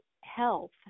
health